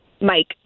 Mike